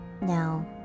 now